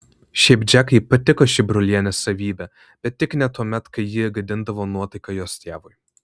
šiaip džekai patiko ši brolienės savybė bet tik ne tuomet kai ji gadindavo nuotaiką jos tėvui